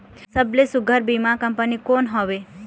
सबले सुघ्घर बीमा कंपनी कोन हवे?